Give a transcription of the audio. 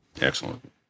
Excellent